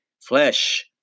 flesh